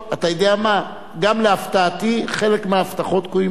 אתה יודע מה, גם להפתעתי חלק מההבטחות קוימו.